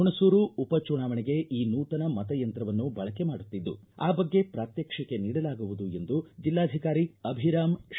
ಹುಣಸೂರು ಉಪಚುನಾವಣೆಗೆ ಈ ನೂತನ ಮತಯಂತ್ರವನ್ನು ಬಳಕೆ ಮಾಡುತ್ತಿದ್ದು ಆ ಬಗ್ಗೆ ಪ್ರಾತ್ಯಕ್ಷಿಕೆ ನೀಡಲಾಗುವುದು ಎಂದು ಜಿಲ್ಲಾಧಿಕಾರಿ ಅಭಿರಾಮ್ ಜಿ